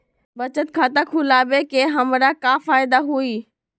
बचत खाता खुला वे में हमरा का फायदा हुई?